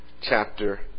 chapter